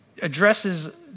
addresses